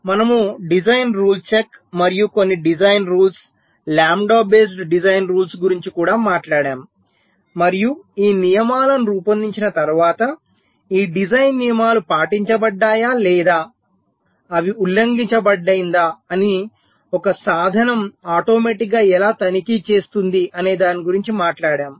మనము design rule check మరియు కొన్ని design rules lambda based design rules గురించి కూడా మాట్లాడాము మరియు ఈ నియమాలను రూపొందించిన తర్వాత ఈ డిజైన్ నియమాలు పాటించబడ్డాయా లేదా అవి ఉల్లంఘించబడిందా అని ఒక సాధనం ఆటోమేటిక్ గా ఎలా తనిఖీ చేస్తుంది అనే దాని గురించి మాట్లాడాము